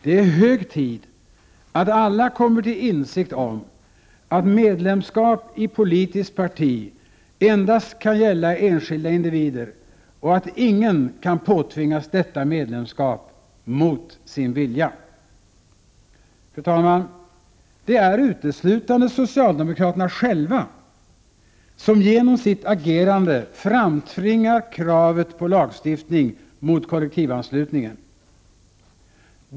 Det är hög tid att alla kommer till insikt om att ett medlemskap i politiskt parti endast kan gälla enskilda individer och att ingen kan påtvingas detta medlemskap mot sin vilja. Fru talman! Det är uteslutande socialdemokraterna själva som genom sitt agerande framtvingar kravet på lagstiftning mot kollektivanslutningen.